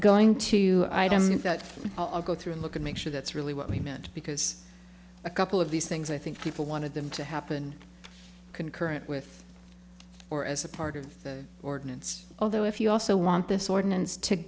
going to item that i'll go through and look at make sure that's really what we meant because a couple of these things i think people wanted them to happen concurrent with or as a part of the ordinance although if you also want this ordinance to